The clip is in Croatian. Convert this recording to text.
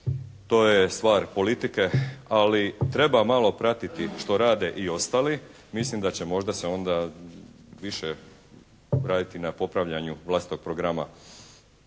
To je stvar politike, ali treba malo pratiti što rade i ostali. Mislim da će možda se onda više raditi na popravljanju vlastitog programa.